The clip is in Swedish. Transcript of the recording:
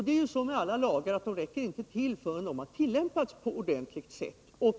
Det är ju så med alla lagar att de inte räcker till förrän de har tillämpats på ett ordentligt sätt.